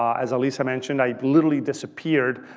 as alyssa mentioned, i literally disappeared.